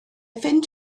fynd